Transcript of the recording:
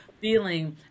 feeling